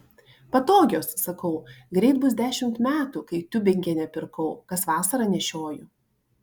patogios sakau greit bus dešimt metų kai tiubingene pirkau kas vasarą nešioju